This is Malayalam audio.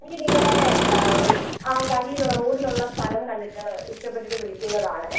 എനിക്ക് നിങ്ങളുടെ ആ വഴിയിലുള്ള റോഡിലുള്ള സ്ഥലം കണ്ടിട്ട് ഇഷ്ടപ്പെട്ടിട്ട് വിളിക്കുന്നതാണേ